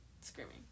Screaming